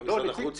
נציג ציבור,